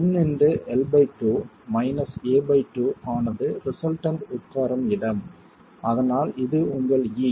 எனவே Nl2 - a2 ஆனது resultant உட்காரும் இடம் அதனால் இது உங்கள் e